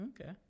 Okay